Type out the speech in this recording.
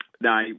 No